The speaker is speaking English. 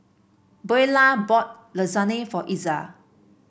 Buelah bought Lasagne for Iza